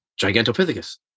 gigantopithecus